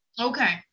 Okay